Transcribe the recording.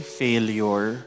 failure